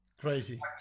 crazy